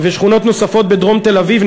ושכונות נוספות בדרום תל-אביב,